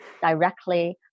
directly